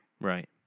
right